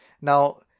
Now